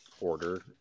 order